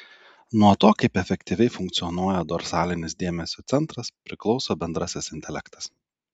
nuo to kaip efektyviai funkcionuoja dorsalinis dėmesio centras priklauso bendrasis intelektas